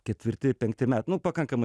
ketvirti penkti me nu pakankamai